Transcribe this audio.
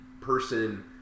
person